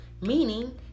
Meaning